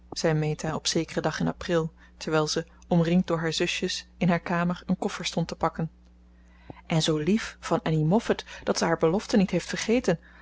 zei meta op zekeren dag in april terwijl ze omringd door haar zusjes in haar kamer een koffer stond te pakken en zoo lief van annie moffat dat ze haar belofte niet heeft vergeten